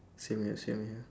same here same here